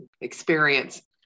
experience